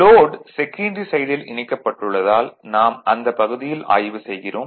load secondary சைடில் இணைக்கப்பட்டுள்ளதால் நாம் அந்தப் பகுதியில் ஆய்வு செய்கிறோம்